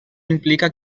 implica